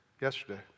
yesterday